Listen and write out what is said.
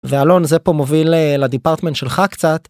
ואלון זה פה מוביל אל הדיפרטמן שלך קצת.